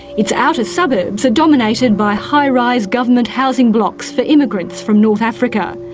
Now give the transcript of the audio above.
its outer suburbs are dominated by high-rise government housing blocks for immigrants from north africa.